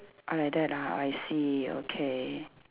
uh like that ah I see okay